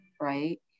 right